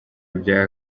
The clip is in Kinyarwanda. bya